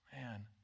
man